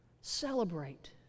celebrate